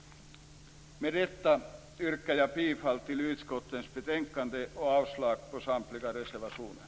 Med detta yrkar jag bifall till hemställan i utskottets betänkande och avslag på samtliga reservationer.